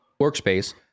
workspace